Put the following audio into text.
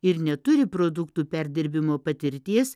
ir neturi produktų perdirbimo patirties